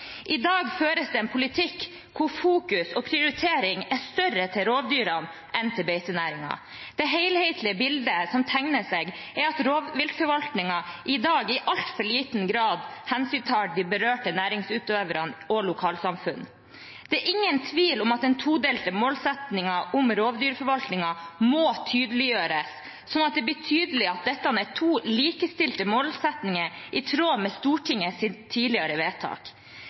I dag føres det en politikk hvor rovdyrene får større fokus og prioritering enn beitenæringen. Det helhetlige bildet som tegner seg, er at rovviltforvaltningen i dag i altfor liten grad hensyntar de berørte næringsutøverne og lokalsamfunn. Det er ingen tvil om at den todelte målsettingen om rovdyrforvaltningen må tydeliggjøres, slik at det blir tydelig at dette er to likestilte målsettinger i tråd med Stortingets tidligere vedtak.